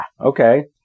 Okay